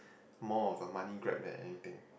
more of a money grab than anything